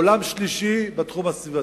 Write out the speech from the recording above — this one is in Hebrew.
עולם שלישי, בתחום הסביבתי.